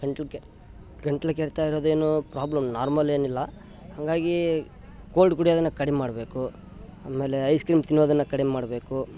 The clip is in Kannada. ಗಂಟ್ಲು ಕೆ ಗಂಟ್ಲು ಕೆರೆತ ಇರದೇನೊ ಪ್ರಾಬ್ಲಮ್ ನಾರ್ಮಲ್ ಏನಿಲ್ಲ ಹಾಗಾಗಿ ಕೋಲ್ಡ್ ಕುಡಿಯೋದನ್ನ ಕಡಿಮೆ ಮಾಡಬೇಕು ಆಮೇಲೆ ಐಸ್ ಕ್ರಿಮ್ ತಿನ್ನೋದನ್ನು ಕಡಿಮೆ ಮಾಡಬೇಕು